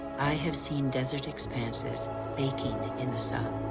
i have seen desert expanses baking in the sun.